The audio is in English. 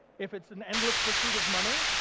if it's an endless pursuit of money,